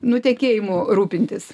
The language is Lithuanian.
nutekėjimu rūpintis